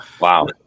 wow